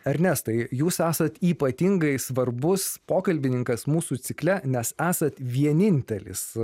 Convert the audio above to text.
ernestai jūs esat ypatingai svarbus pokalbininkas mūsų cikle nes esat vienintelis